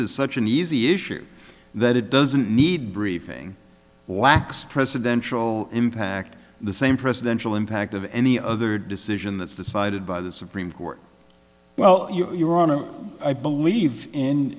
is such an easy issue that it doesn't need briefing lacks presidential impact the same presidential impact of any other decision that's decided by the supreme court well you're on to i believe